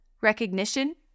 recognition